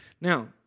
Now